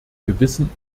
gewissen